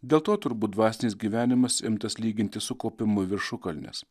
dėl to turbūt dvasinis gyvenimas imtas lyginti su kopimu į viršukalnes